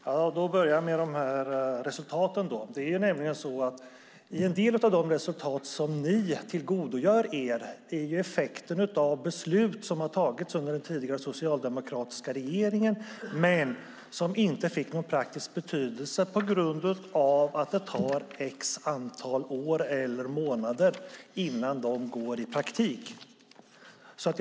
Fru talman! Jag börjar med resultaten. En del av de resultat som ni tillgodogör er är effekten av beslut som har fattats under den tidigare socialdemokratiska regeringen men som inte fick någon praktisk betydelse på grund av att det tar X år eller månader innan de får praktisk betydelse.